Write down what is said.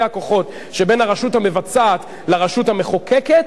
הכוחות שבין הרשות המבצעת לרשות המחוקקת,